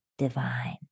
divine